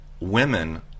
women